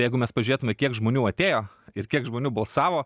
jeigu mes pažiūrėtume kiek žmonių atėjo ir kiek žmonių balsavo